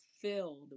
filled